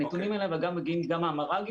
הנתונים האלה, אגב, מגיעים גם מהמר"גים.